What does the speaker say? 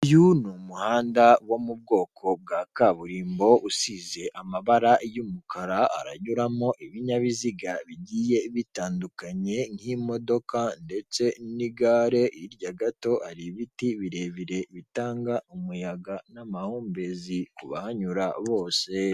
Uyu ni umuhanda wo mu bwoko bwa kaburimbo usize amabara y'umukara, haranyuramo ibinyabiziga bigiye bitandukanye nk'imodoka ndetse n'igare, hirya gato ari ibiti birebire bitanga umuyaga n'amahumbezi kubahanyura bose.